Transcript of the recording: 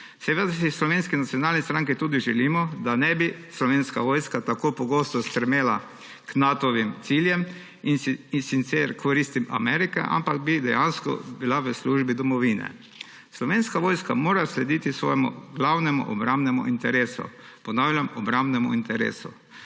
Seveda si v Slovenski nacionalni stranki tudi želimo, da ne bi Slovenska vojska tako pogosto stremela k Natovim ciljem, in sicer koristim Amerike, ampak bi dejansko bila v službi domovine. Slovenska vojska mora slediti svojemu glavnemu obrambnemu interesu, ponavljam – obrambnemu interesu.